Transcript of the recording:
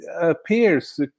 appears